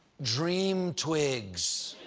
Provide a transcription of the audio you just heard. dream twigs,